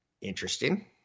Interesting